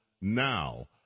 now